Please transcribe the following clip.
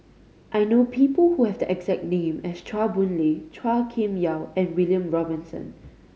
I know people who have the exact name as Chua Boon Lay Chua Kim Yeow and William Robinson